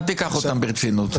אל תיקח אותם ברצינות.